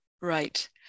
Right